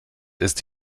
ist